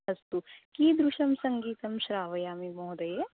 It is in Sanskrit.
अस्तु कीदृशं सङ्गीतं श्रावयामि महोदये